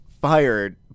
fired